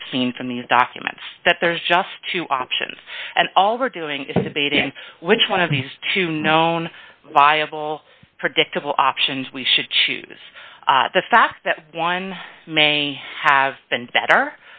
would have seen from these documents that there's just two options and all redoing is abated and which one of these two known viable predictable options we should choose the fact that one may have been better